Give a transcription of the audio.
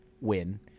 win